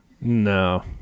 No